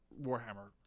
Warhammer